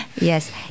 Yes